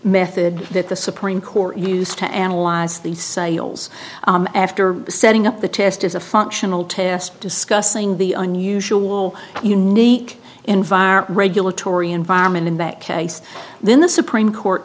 method that the supreme court used to analyze the sales after setting up the test as a functional test discussing the unusual unique environment regulatory environment and back case then the supreme court